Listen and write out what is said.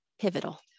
pivotal